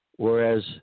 Whereas